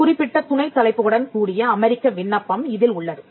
குறிப்பிட்ட துணைத் தலைப்புகளுடன் கூடிய அமெரிக்க விண்ணப்பம் இதில் உள்ளது